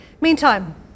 Meantime